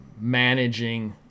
managing